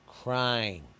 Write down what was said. crying